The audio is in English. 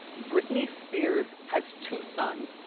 britney spears has two sons.